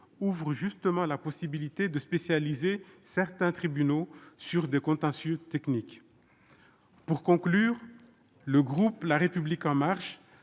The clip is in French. ouvre justement la possibilité de spécialiser certains tribunaux sur des contentieux techniques. Pour conclure, les élus du groupe La République En Marche